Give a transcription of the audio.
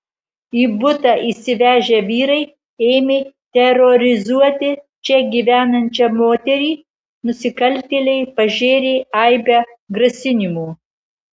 į butą įsivežę vyrai ėmė terorizuoti čia gyvenančią moterį nusikaltėliai pažėrė aibę grasinimų